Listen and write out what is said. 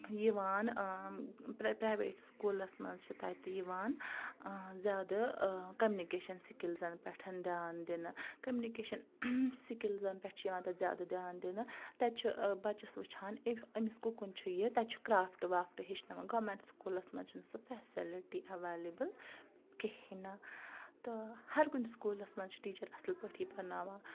یِوان پرٛ پرٛایویٹ سکوٗلَس منٛز چھِ تَتہِ یِوان زیادٕ کَمنِکیشَن سِکِلزَن پٮ۪ٹھ دھیان دِنہٕ کَمنِکیشَن سِکِلزَن پٮ۪ٹھ چھِ یِوان تَتہِ زیادٕ دھیان دِنہٕ تَتہِ چھُ بَچَس وٕچھان اِف أمِس کُکُن چھُ یہِ تَتہِ چھُ کرٛافٹ وافٹہٕ ہیٚچھناوان گورمیٚنٛٹ سکوٗلَس منٛز چھِنہٕ سُہ فیسلٹی ایٚویلیبٕل کِہیٖنۍ نہٕ تہٕ ہر کُنہِ سکوٗلَس منٛز چھِ ٹیٖچر اَصٕل پٲٹھی پرناوان